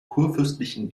kurfürstlichen